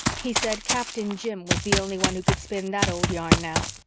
he said captain jim was the only one who could spin that old yarn now.